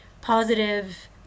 positive